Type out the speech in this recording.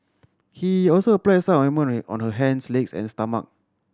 he also applied some ointment on her hands legs and stomach